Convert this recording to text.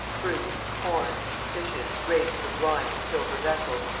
fruits, corn, fishes, grapes, and wine in silver vessels,